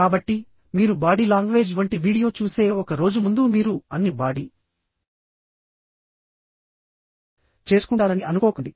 కాబట్టి మీరు body language వంటి వీడియో చూసే ఒక రోజు ముందు మీరు అన్ని బాడీ లాంగ్వేజ్ నైపుణ్యాలను అభివృద్ధి చేసుకుంటారని అనుకోకండి